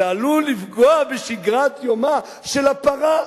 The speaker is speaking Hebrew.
וזה עלול לפגוע בשגרת יומה של הפרה".